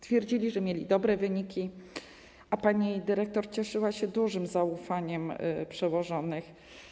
Twierdzili, że mieli dobre wyniki, a pani dyrektor cieszyła się dużym zaufaniem przełożonych.